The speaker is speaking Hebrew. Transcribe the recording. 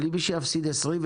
אבל מי שיפסיד 20%,